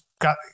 got, –